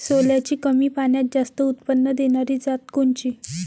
सोल्याची कमी पान्यात जास्त उत्पन्न देनारी जात कोनची?